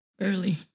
Early